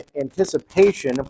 anticipation